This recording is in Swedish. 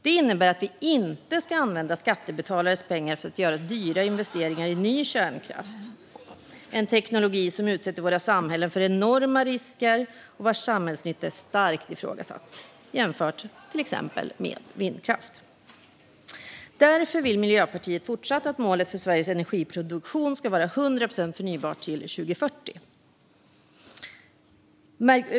Detta innebär att vi inte ska använda skattebetalarnas pengar för att göra dyra investeringar i ny kärnkraft, en teknologi som utsätter våra samhällen för enorma risker och vars samhällsnytta är starkt ifrågasatt jämfört med exempelvis vindkraft. Därför vill Miljöpartiet fortsatt att målet för Sveriges energiproduktion ska vara 100 procent förnybart till 2040.